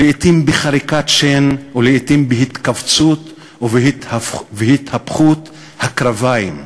לעתים בחריקת שן ולעתים בהתכווצות והתהפכות הקרביים.